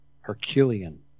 Herculean